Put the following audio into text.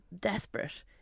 desperate